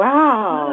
Wow